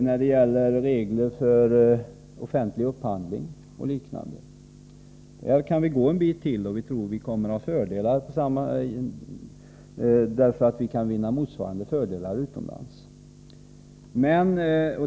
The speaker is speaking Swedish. När det gäller regler för offentlig upphandling och liknande kan vi gå en bit till, och vi tror att vi kommer att ha fördelar av det, därför att vi kan få motsvarande fördelar utomlands.